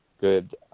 good